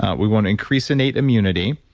ah we want to increase innate immunity,